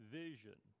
vision